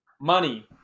Money